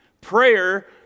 prayer